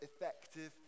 effective